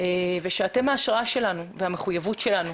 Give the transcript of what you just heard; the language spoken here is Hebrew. אתם ההשראה שלנו והמחויבות שלנו